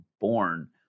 born